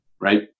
right